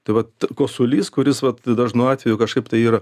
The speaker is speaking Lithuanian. tai vat kosulys kuris vat dažnu atveju kažkaip tai yra